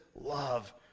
love